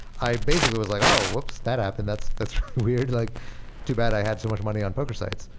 i basically was like, oh! whoops! that happened. that's that's weird. like too bad i had so much money on poker sites.